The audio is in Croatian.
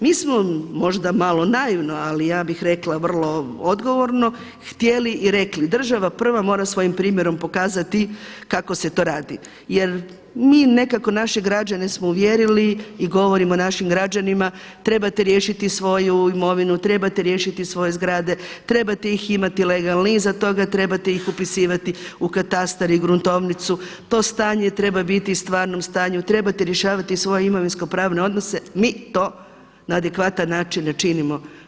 Mi smo možda malo naivno, ali ja bih rekla vrlo odgovorno htjeli i rekli, država prva mora svojim primjerom pokazati kako se to radi jer mi nekako naše građane smo uvjerili i govorimo našim građanima trebate riješiti svoju imovinu, trebate riješiti svoje zgrade, trebate ih imati legalne, iza toga trebate ih upisivati u katastar i gruntovnicu, to stanje treba biti stvarnom stanju, trebate rješavati svoje imovinskopravne odnose, mi to na adekvatan način ne činimo.